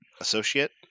associate